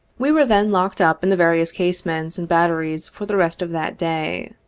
we were then locked up in the various casemates and batteries for the rest of that day.